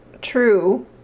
true